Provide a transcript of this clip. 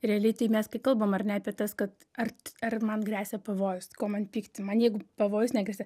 realiai tai mes kai kalbam ne apie tas kad ar ar man gresia pavojus ko man pykti man jeigu pavojus negresia